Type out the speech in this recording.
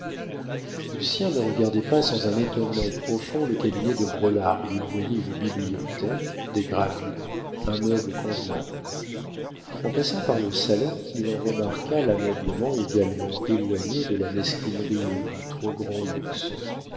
lucien ne regardait pas sans un étonnement profond le cabinet de braulard où il voyait une bibliothèque des gravures un meuble convenable en passant par le salon il en remarqua l'ameublement également éloigné de la mesquinerie et du trop grand luxe